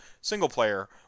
single-player